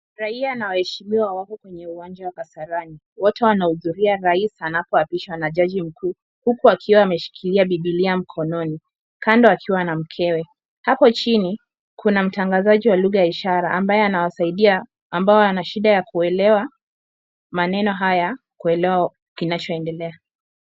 Raia na waheshimiwa wako kwenye uwanja wa Kasarani. Wote wanahudhuria rais anapoapishwa na jaji mkuu huku akiwa ameshikilia Bibilia mkononi, kando akiwa na mkewe. Hapo chini, kuna mtangazaji wa lugha ya ishara ambaye anawasaidia ambao wana shida ya kuelewa maneno haya, kuelewa kinachoendelea.